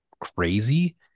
crazy